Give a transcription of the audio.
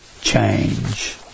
change